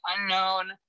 unknown